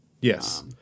Yes